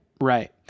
Right